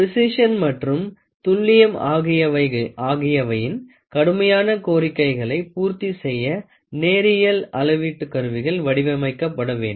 precision மற்றும் துல்லியம் ஆகியவையின் கடுமையான கோரிக்கைகளை பூர்த்தி செய்ய நேரியல் அளவீட்டு கருவிகள் வடிவமைக்கப்பட வேண்டும்